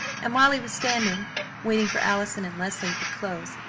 and while he was standing waiting for allison and leslie at the close.